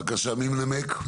בבקשה, מי מנמק?